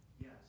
Yes